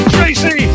Tracy